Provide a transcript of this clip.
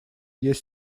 есть